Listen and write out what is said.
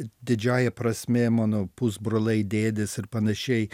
didžiąja prasmė mano pusbroliai dėdės ir panašiai